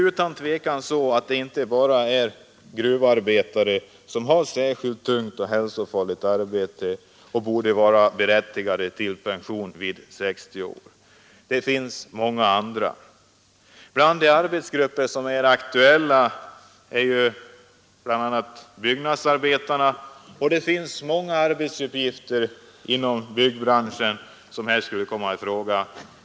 Utan tvivel är det inte bara gruvarbetare som har särskilt tungt och hälsofarligt arbete och borde vara berättigade till pension vid 60 år. Det finns många andra. Till de aktuella grupperna hör byggnadsarbetarna. Många arbetsuppgifter inom byggbranschen skulle här komma i fråga.